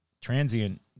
transient